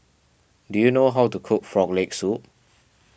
do you know how to cook Frog Leg Soup